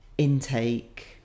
intake